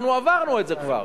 אנחנו עברנו את זה כבר,